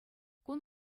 кун